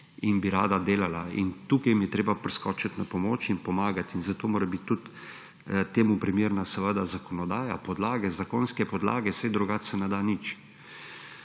in bi rada delala in tukaj jim je treba priskočiti na pomoč in pomagati. Zato mora biti tudi temu primerna seveda zakonodaja, podlaga, zakonske podlage, saj drugače se ne da nič.